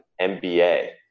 MBA